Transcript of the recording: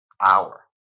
hour